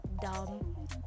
dumb